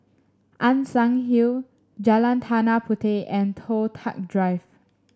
Ann Siang Hill Jalan Tanah Puteh and Toh Tuck Drive